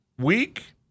week